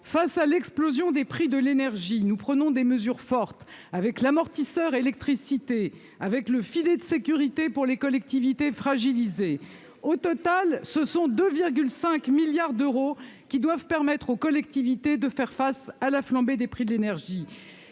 Face à l'explosion des prix de l'énergie, nous prenons des mesures fortes avec l'amortisseur électricité et avec le filet de sécurité pour les collectivités fragilisées. Elles ne concernent qu'une minorité ! Au total, ce sont 2,5 milliards d'euros qui doivent permettre aux collectivités de faire face à la flambée des prix de l'énergie.